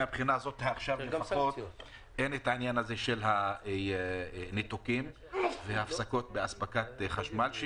כעת אין בעיה של ניתוקים והפסקות באספקת חשמל.